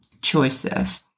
choices